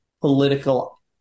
political